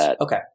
Okay